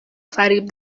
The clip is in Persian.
فریب